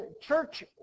Church